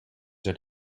zijn